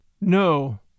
No